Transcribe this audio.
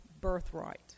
birthright